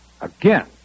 Again